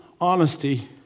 honesty